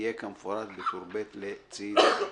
תהיה כמפורט בטור ב' לצידו.